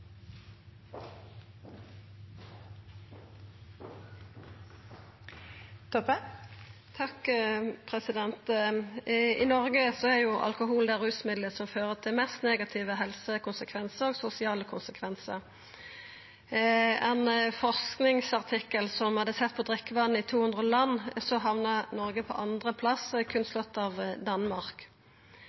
alkohol det rusmiddelet som har flest negative helsekonsekvensar og sosiale konsekvensar. I ein forskingsartikkel der ein hadde sett på drikkevanane i 200 land, hamna Noreg på andreplass, berre slått av Danmark.